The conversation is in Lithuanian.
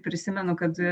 prisimenu kad